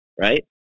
right